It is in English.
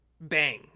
Bang